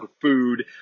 food